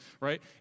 right